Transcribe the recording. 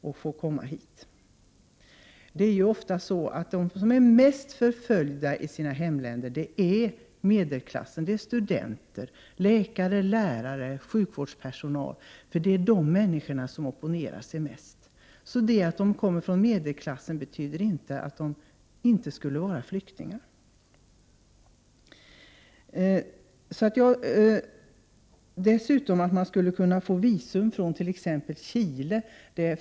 Ofta representerar de som är mest förföljda i sitt hemland medelklassen — studerande, läkare, lärare, sjukvårdspersonal — för dessa människor opponerar sig mest. Att de kommer från medelklassen betyder inte att de inte skulle vara flyktingar. Det är cyniskt att ens tänka sig att man skulle få visum från t.ex. Chile.